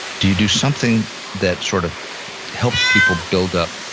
do you do something that sort of helps people build up